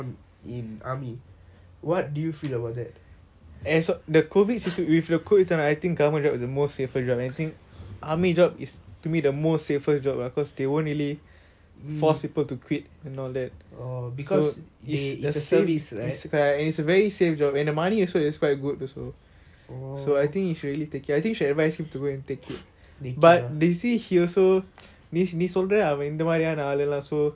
and so the COVID situation COVID time I think government right now is the most safer job I mean army job is to me the most safer job lah cause they won't really force people to quit and all it is a very safe job the money also is quite good also so I think is really I think should advise him to go and take it but they say he also நீ சொல்றன் அவன் இந்த மாறி ஆனா ஆள்புலம்:nee solran avan intha maari aana aalulam so camp lah இருக்கும் போது:irukum bothu regular ah